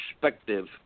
perspective